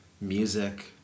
music